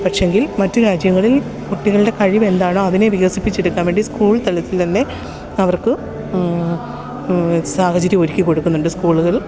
പക്ഷേ എങ്കിൽ മറ്റു രാജ്യങ്ങളിൽ കുട്ടികളുടെ കഴിവ് എന്താണോ അതിനെ വികസിപ്പിച്ചെടുക്കാൻ വേണ്ടി സ്കൂൾ തലത്തിൽ തന്നെ അവർക്ക് സാഹചര്യം ഒരുക്കി കൊടുക്കുന്നുണ്ട് സ്കൂളുകൾ